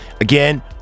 again